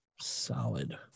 Solid